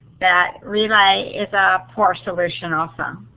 that relay is a poor solution also.